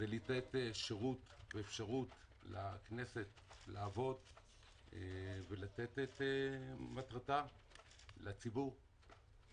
זה לתת שירות ואפשרות לכנסת לעבוד כדי לתת את מטרותיה לציבור.